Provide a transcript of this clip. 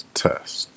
test